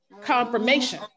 confirmation